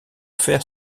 faire